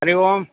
हरिः ओम्